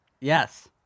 Yes